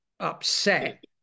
upset